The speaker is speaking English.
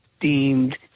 deemed